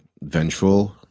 vengeful